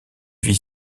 vit